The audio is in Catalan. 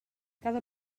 cada